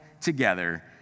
together